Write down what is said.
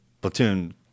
platoon